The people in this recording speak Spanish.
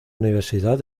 universidad